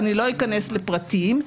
אני לא אכנס לפרטים,